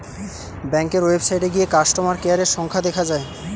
ব্যাংকের ওয়েবসাইটে গিয়ে কাস্টমার কেয়ারের সংখ্যা দেখা যায়